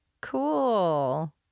Cool